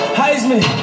heisman